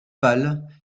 pâle